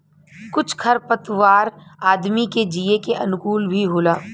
कुछ खर पतवार आदमी के जिये के अनुकूल भी होला